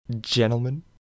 gentlemen